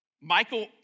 Michael